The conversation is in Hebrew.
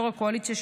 יו"ר הקואליציה,